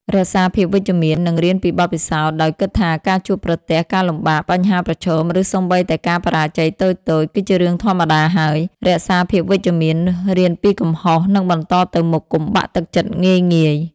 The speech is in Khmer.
រក្សាភាពវិជ្ជមាន និងរៀនពីបទពិសោធន៍ ដោយគិតថាការជួបប្រទះការលំបាក បញ្ហាប្រឈម ឬសូម្បីតែការបរាជ័យតូចៗ គឺជារឿងធម្មតាហើយ រក្សាភាពវិជ្ជមាន រៀនពីកំហុស និងបន្តទៅមុខ។ កុំបាក់ទឹកចិត្តងាយៗ។